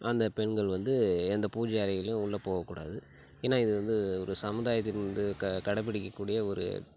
அந்த பெண்கள் வந்து எந்த பூஜை அறையிலும் உள்ளே போகக்கூடாது ஏன்னால் இது வந்து ஒரு சமுதாயத்தில் இது வந்து கடைபிடிக்கக்கூடிய ஒரு